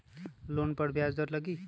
Loan पर ब्याज दर लगी?